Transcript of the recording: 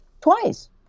twice